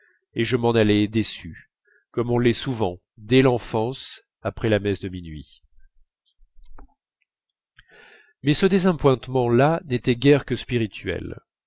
et je m'en allais déçu comme on l'est souvent dès l'enfance après la messe de minuit mais ce désappointement là n'était guère que spirituel